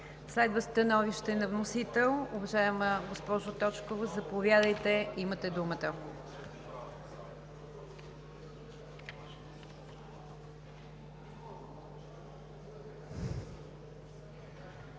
Следва становище на вносител. Уважаема госпожо Точкова, заповядайте – имате думата. ТЕОДОРА